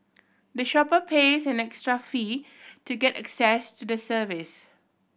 the shopper pays an extra fee to get access to the service